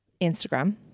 Instagram